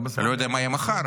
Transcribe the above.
אני לא יודע מה יהיה מחר,